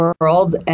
world